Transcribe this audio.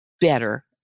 better